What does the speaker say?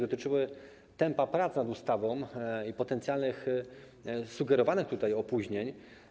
Dotyczyły tempa prac nad ustawą i potencjalnych, sugerowanych tutaj opóźnień.